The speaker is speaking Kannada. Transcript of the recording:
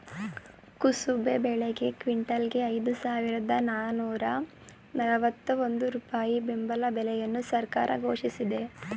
ಕುಸುಬೆ ಬೆಳೆಗೆ ಕ್ವಿಂಟಲ್ಗೆ ಐದು ಸಾವಿರದ ನಾನೂರ ನಲ್ವತ್ತ ಒಂದು ರೂಪಾಯಿ ಬೆಂಬಲ ಬೆಲೆಯನ್ನು ಸರ್ಕಾರ ಘೋಷಿಸಿದೆ